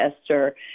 Esther